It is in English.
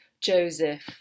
Joseph